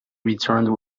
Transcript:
returned